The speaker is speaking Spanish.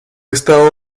esta